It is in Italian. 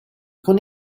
con